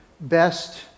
best